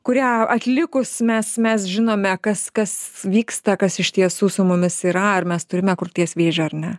kurią atlikus mes mes žinome kas kas vyksta kas iš tiesų su mumis yra ar mes turime krūties vėžį ar ne